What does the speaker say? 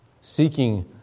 seeking